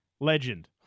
Legend